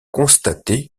constater